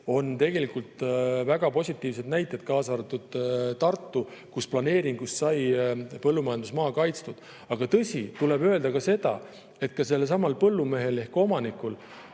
tehtud – väga positiivsed näited, kaasa arvatud Tartus, kus planeeringus sai põllumajandusmaa kaitstud. Tõsi, tuleb öelda seda, et sellelsamal põllumehel ehk omanikul